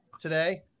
Today